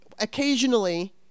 Occasionally